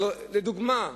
לדוגמה,